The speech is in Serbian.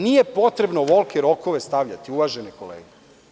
Nije potrebno ovolike rokove stavljati, uvažene kolege.